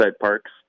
Parks